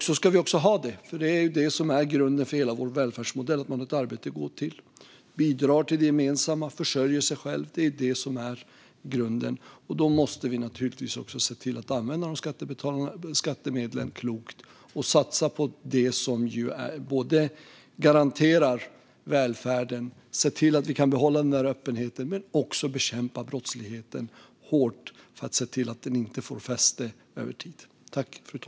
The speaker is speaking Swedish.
Så ska vi också ha det eftersom det är detta som är grunden för hela vår välfärdsmodell. Att man har ett arbete att gå till, bidrar till det gemensamma och försörjer sig själv är grunden. Då måste vi naturligtvis också se till att använda skattemedlen klokt och satsa på det som garanterar välfärden och se till att vi kan behålla öppenheten men också bekämpa brottsligheten hårt för att se till att den inte får fäste över tid.